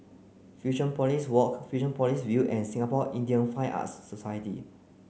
Fusionopolis Walk Fusionopolis View and Singapore Indian Fine Arts Society